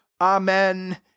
Amen